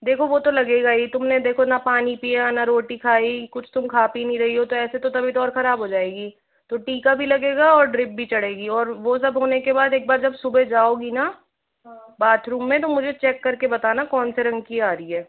देखो वो तो लगेगा ही तुमने देखो ना पानी पिया ना रोटी खाई कुछ तुम खा पी नहीं रही हो तो ऐसे तो तबीयत और खराब हो जाएंगी तो टीका भी लगेगा और ड्रिप भी चढ़ेगी और वो सब होने के बाद एक बार जब सुबह जाओगी ना बाथरूम में तो मुझे चेक करके बताना कौन से रंग की आ रही है